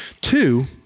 Two